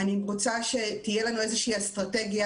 אני רוצה שתהיה לנו איזושהי אסטרטגיה